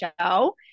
show